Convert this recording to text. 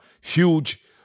huge